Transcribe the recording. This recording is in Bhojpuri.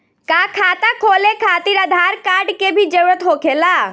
का खाता खोले खातिर आधार कार्ड के भी जरूरत होखेला?